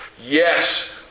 Yes